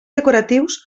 decoratius